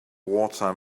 wartime